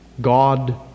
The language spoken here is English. God